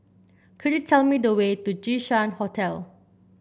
could you tell me the way to Jinshan Hotel